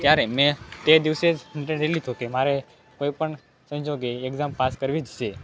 ત્યારે મેં તે દિવસે જ નિર્ણય લઇ લીધો કે મારે કોઇ પણ સંજોગે એક્જામ પાસ કરવી જ છે